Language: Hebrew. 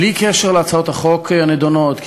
בלי קשר להצעות החוק הנדונות,